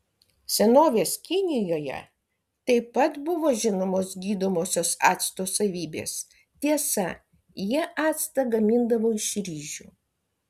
senovės kinijoje taip pat buvo žinomos gydomosios acto savybės tiesa jie actą gamindavo iš ryžių